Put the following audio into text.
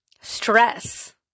stress